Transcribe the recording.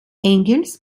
engels